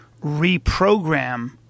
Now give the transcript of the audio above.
reprogram